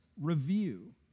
review